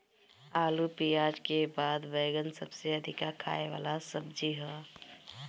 आलू पियाज के बाद बैगन सबसे अधिका खाए वाला सब्जी हअ